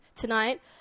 tonight